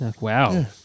wow